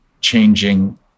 Changing